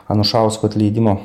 anušausko atleidimo